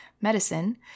medicine